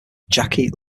jackie